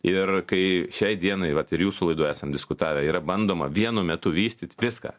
ir kai šiai dienai vat ir jūsų laidoj esam diskutavę yra bandoma vienu metu vystyt viską